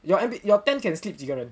your N_P your tent can sleep 几个人